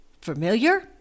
familiar